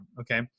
Okay